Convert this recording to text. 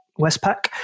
Westpac